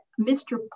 Mr